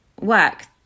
work